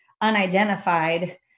unidentified